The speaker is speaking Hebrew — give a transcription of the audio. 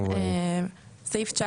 אני מציע